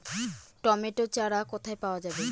Tomato চারা কোথায় পাওয়া যাবে?